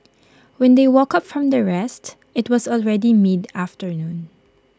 when they woke up from their rest IT was already mid afternoon